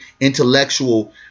intellectual